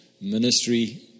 ministry